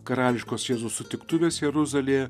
karališkos jėzaus sutiktuvės jeruzalėje